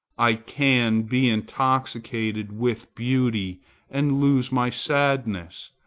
i can be intoxicated with beauty and lose my sadness.